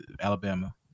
Alabama